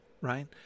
right